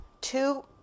Two